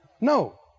No